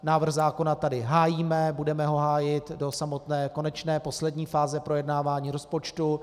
Návrh zákona tady hájíme, budeme ho hájit do samotné konečné, poslední fáze projednávání rozpočtu.